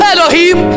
Elohim